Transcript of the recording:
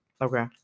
Okay